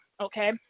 okay